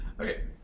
Okay